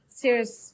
serious